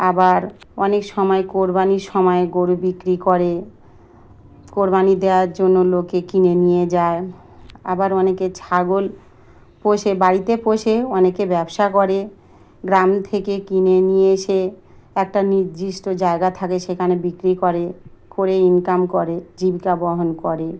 আবার অনেক সময় কোরবানির সময়ে গরু বিক্রি করে কোরবানি দেওয়ার জন্য লোকে কিনে নিয়ে যায় আবার অনেকে ছাগল পোষে বাড়িতে পোষে অনেকে ব্যবসা করে গ্রাম থেকে কিনে নিয়ে এসে একটা নির্দিষ্ট জায়গা থাকে সেখানে বিক্রি করে করে ইনকাম করে জীবিকা বহন করে